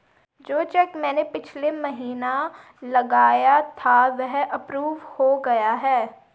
जो चैक मैंने पिछले महीना लगाया था वह अप्रूव हो गया है